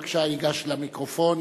בבקשה ייגש למיקרופון,